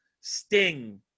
Sting